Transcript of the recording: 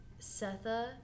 Setha